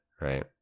right